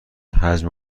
حجم